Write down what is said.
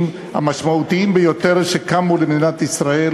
המשמעותיים ביותר שקמו למדינת ישראל,